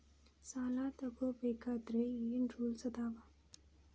ಸಾಲ ತಗೋ ಬೇಕಾದ್ರೆ ಏನ್ ರೂಲ್ಸ್ ಅದಾವ?